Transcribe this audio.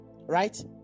Right